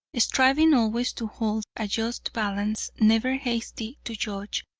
striving always to hold a just balance, never hasty to judge,